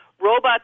robots